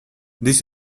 this